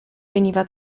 veniva